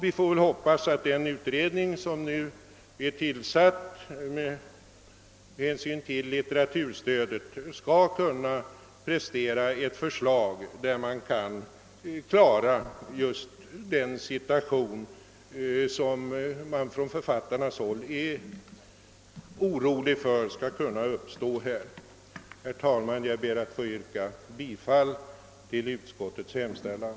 Vi får hoppas att den utredning om litteraturstödet som nu är tillsatt skall kunna lägga fram förslag som gör att vi kan klara en sådan situation som man från författarhåll är orolig för skall kunna uppstå. Herr talman! Jag ber att få yrka bifall till utskottets hemställan.